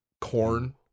corn